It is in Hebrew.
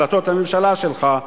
החלטות הממשלה שלך,